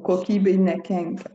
kokybei nekenkia